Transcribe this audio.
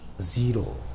zero